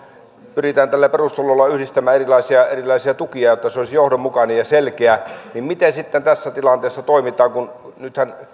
pyritään tällä perustulolla yhdistämään erilaisia tukia jotta se olisi johdonmukainen ja selkeä miten sitten tässä tilanteessa toimitaan kun nythän